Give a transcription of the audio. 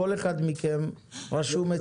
כל אחד מכם רשום אצלי.